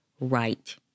right